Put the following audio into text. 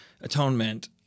atonement